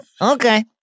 Okay